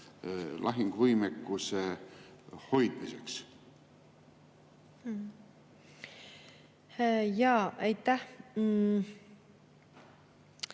lahinguvõimekuse hoidmiseks? Jaa, aitäh!